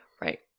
Right